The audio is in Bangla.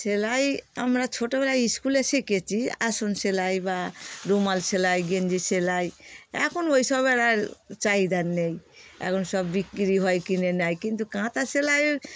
সেলাই আমরা ছোটোবেলায় স্কুলে শিখেছি আসন সেলাই বা রুমাল সেলাই গেঞ্জি সেলাই এখন ওই সবের আর চাহিদা নেই এখন সব বিক্রি হয় কিনে নেয় কিন্তু কাঁথা সেলাই